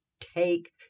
take